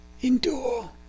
endure